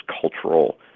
cultural